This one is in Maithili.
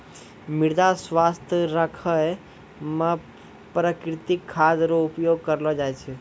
मृदा स्वास्थ्य राखै मे प्रकृतिक खाद रो उपयोग करलो जाय छै